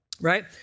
right